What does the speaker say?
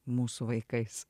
mūsų vaikais